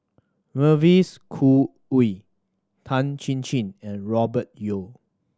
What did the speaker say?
Mavis Khoo Oei Tan Chin Chin and Robert Yeo